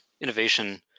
innovation